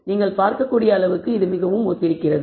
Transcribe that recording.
நீங்கள் பார்க்கக்கூடிய அளவுக்கு இது மிகவும் ஒத்திருக்கிறது